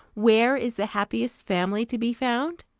where is the happiest family to be found?